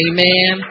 Amen